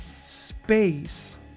space